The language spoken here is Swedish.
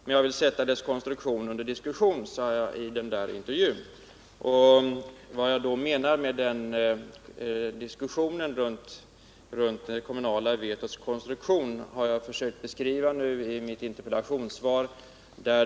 Men jag vill sätta dess konstruktion under diskussion —-—--.” Detta uttalande gjorde jag alltså vid intervjun i fråga. Vad jag menar när det gäller det kommunala vetots konstruktion har jag försökt att beskriva i mitt interpellationssvar.